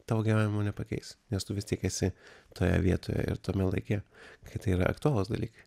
tavo gyvenimo nepakeis nes tu vis tiek esi toje vietoje ir tame laike kai tai yra aktualūs dalykai